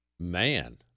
Man